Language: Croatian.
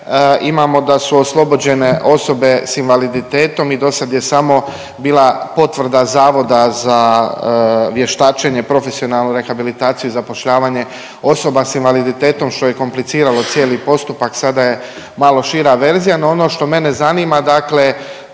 imamo da su oslobođene s invaliditetom i dosad je samo bila potvrda Zavoda za vještačenje, profesionalnu rehabilitaciju i zapošljavanje osoba s invaliditetom što je kompliciralo cijeli postupak, sada je malo šira verzija. No, ono što mene zanima dakle